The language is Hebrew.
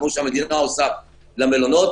כפי שהמדינה עושה למלונות